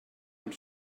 amb